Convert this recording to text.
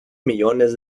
millones